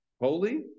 holy